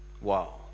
Wow